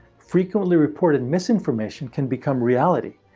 frequently reported misinformation can become reality.